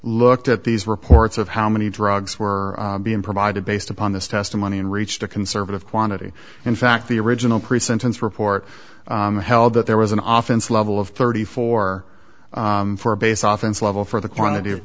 looked at these reports of how many drugs were being provided based upon this testimony and reached a conservative quantity in fact the original pre sentence report held that there was an office level of thirty four for base office level for the quantity of